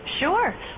Sure